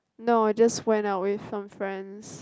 no I just went out with some friends